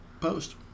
post